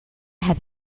have